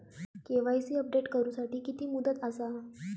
KYC update करू साठी किती मुदत आसा?